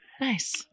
Nice